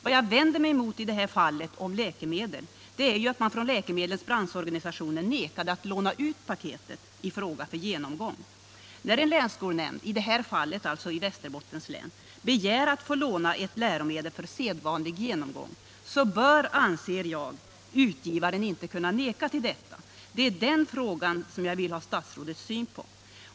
Vad jag vänder mig emot när det gäller Om läkemedel är att branschorganisationen vägrade att låna ut paketet i fråga för genomgång. När en länsskolnämnd, i detta fall länsskolnämnden i Västerbottens län, begär att få låna ett läromedel för sedvanlig genomgång bör, anser jag, utgivaren inte kunna neka den detta. Det är den frågan jag ville ha statsrådets syn på.